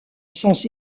sens